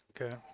Okay